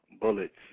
bullets